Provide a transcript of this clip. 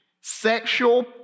sexual